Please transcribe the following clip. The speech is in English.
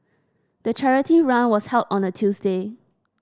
the charity run was held on a Tuesday